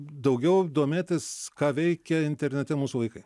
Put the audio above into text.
daugiau domėtis ką veikia internete mūsų vaikai